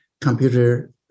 computer